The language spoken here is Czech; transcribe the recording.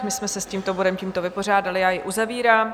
My jsme se s tímto bodem tímto vypořádali, já jej uzavírám.